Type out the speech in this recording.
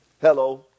hello